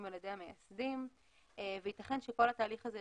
על ידי המייסדים ויתכן שכל התהליך הזה,